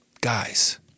Guys